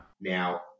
Now